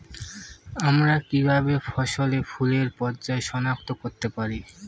আমরা কিভাবে ফসলে ফুলের পর্যায় সনাক্ত করতে পারি?